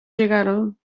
llegaron